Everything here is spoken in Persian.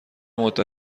مدت